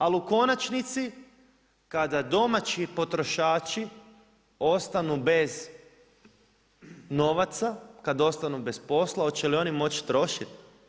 Ali u konačnici kada domaći potrošači ostanu bez novaca, kada ostanu bez posla, hoće li oni moći trošiti?